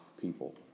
people